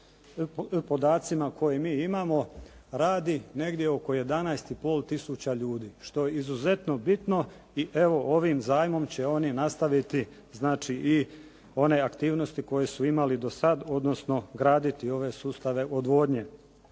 podacima koje mi imamo radi negdje oko 11,5 tisuća ljudi, što je izuzetno bitno i evo ovim zajmom će oni nastaviti znači i one aktivnosti koje su imali i do sada, odnosno graditi ove sustave odvodnje.